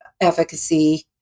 efficacy